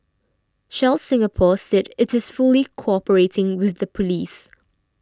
shell Singapore said it is fully cooperating with the police